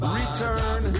return